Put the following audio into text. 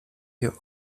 your